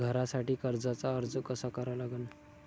घरासाठी कर्जाचा अर्ज कसा करा लागन?